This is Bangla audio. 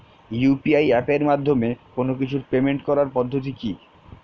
ইউ.পি.আই এপের মাধ্যমে কোন কিছুর পেমেন্ট করার পদ্ধতি কি?